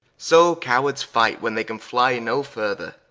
so cowards fight, when they can flye no further,